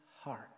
heart